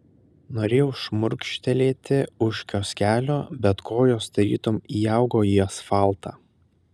norėjau šmurkštelėti už kioskelio bet kojos tarytum įaugo į asfaltą